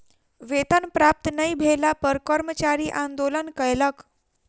वेतन प्राप्त नै भेला पर कर्मचारी आंदोलन कयलक